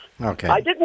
Okay